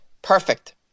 Perfect